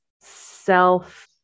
self-